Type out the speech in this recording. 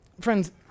Friends